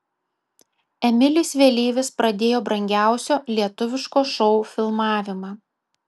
emilis vėlyvis pradėjo brangiausio lietuviško šou filmavimą